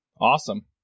awesome